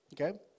Okay